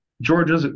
Georgia